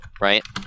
Right